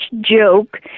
joke